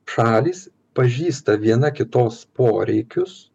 šalys pažįsta viena kitos poreikius